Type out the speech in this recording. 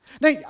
Now